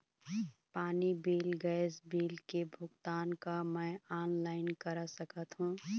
पानी bill gas bill के भुगतान का मैं ऑनलाइन करा सकथों?